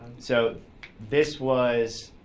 so this was